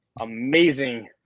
amazing